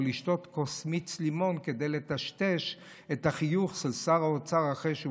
לשתות כוס מיץ לימון כדי לטשטש את החיוך של שר האוצר אחרי שהוא